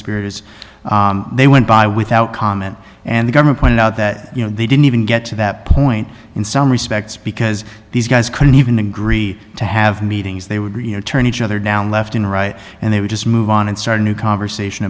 coconspirators they went by without comment and the government pointed out that you know they didn't even get to that point in some respects because these guys couldn't even agree to have meetings they would you know turn each other down left and right and they would just move on and start a new conversation